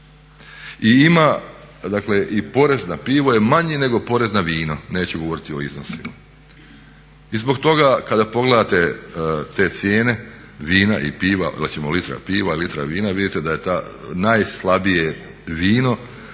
i ima dakle i porez na pivo je manji nego porez na vino, neću govoriti o iznosima. I zbog toga kada pogledate te cijene vina i piva, recimo litra piva i litra vina vidite da je to najslabije vino